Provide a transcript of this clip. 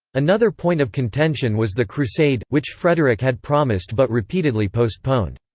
another point of contention was the crusade, which frederick had promised but repeatedly postponed.